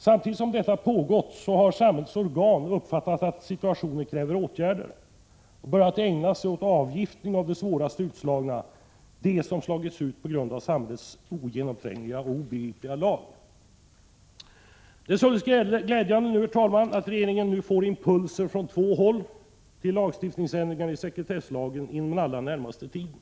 Samtidigt som detta pågått har samhällets organ blivit på det klara med att situationen kräver åtgärder och börjat ägna sig åt avgiftning av de svårast utslagna — de som slagits ut på grund av samhällets ogenomträngliga och obegripliga lagregler. Herr talman! Det är glädjande att regeringen nu får impulser från två håll till ändringar i sekretesslagen inom den allra närmaste tiden.